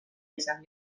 izan